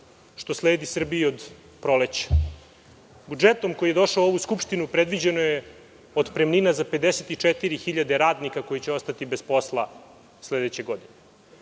što sledi Srbiji od proleća. Budžetom koji je došao u Skupštinu, predviđena je otpremnina za 54.000 radnika koji će ostati bez posla sledeće godine.